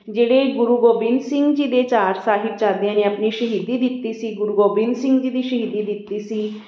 ਜਿਹੜੇ ਗੁਰੂ ਗੋਬਿੰਦ ਸਿੰਘ ਜੀ ਦੇ ਚਾਰ ਸਾਹਿਬਜ਼ਾਦਿਆਂ ਨੇ ਆਪਣੀ ਸ਼ਹੀਦੀ ਦਿੱਤੀ ਸੀ ਗੁਰੂ ਗੋਬਿੰਦ ਸਿੰਘ ਜੀ ਦੀ ਸ਼ਹੀਦੀ ਦਿੱਤੀ ਸੀ